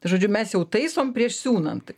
tai žodžiu mes jau taisom prieš siūnant tai